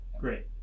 Great